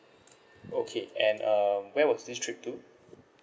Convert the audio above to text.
okay and um where was this trip to